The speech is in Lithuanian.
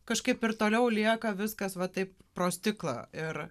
kažkaip ir toliau lieka viskas va taip pro stiklą ir